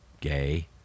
gay